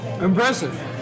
Impressive